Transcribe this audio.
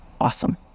awesome